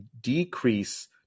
decrease